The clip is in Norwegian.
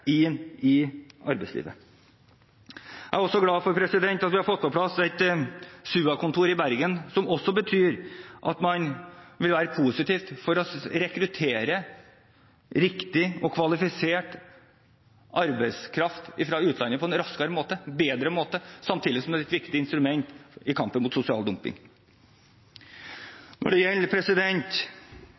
inn i arbeidslivet. Jeg er også glad for at vi har fått på plass et SUA-kontor i Bergen, som også betyr at man vil være positiv til å rekruttere riktig og kvalifisert arbeidskraft fra utlandet på en raskere og bedre måte, samtidig som det er et viktig instrument i kampen mot sosial dumping. Når det gjelder